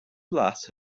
glas